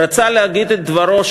רצה להגיד את דברו,